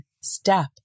step